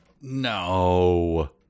No